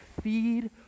feed